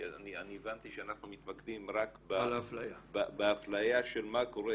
כי אני הבנתי שאנחנו מתקדמים רק באפליה של מה קורה,